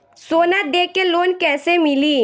सोना दे के लोन कैसे मिली?